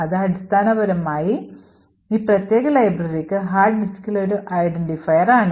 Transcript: അത് അടിസ്ഥാനപരമായി ഈ പ്രത്യേക ലൈബ്രറിക്ക് hard diskൽ ഒരു ഐഡന്റിഫയറാണ്